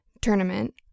tournament